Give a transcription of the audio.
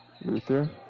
Luther